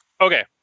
okay